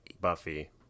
buffy